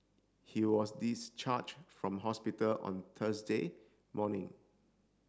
he was discharged from hospital on Thursday morning